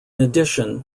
addition